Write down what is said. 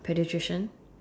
pediatrician